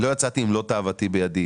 יצאתי עם מלוא תאוותי בידי.